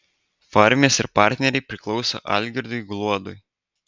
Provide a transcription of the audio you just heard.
farmis ir partneriai priklauso algirdui gluodui